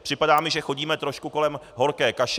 Připadá mi, že chodíme trošku kolem horké kaše.